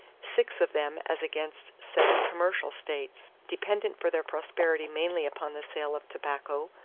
six of them as against seven commercial states. dependent for their prosperity mainly upon the sale of tobacco,